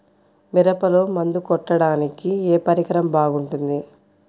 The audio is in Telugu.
మిరపలో మందు కొట్టాడానికి ఏ పరికరం బాగుంటుంది?